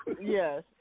Yes